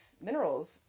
minerals